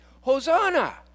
Hosanna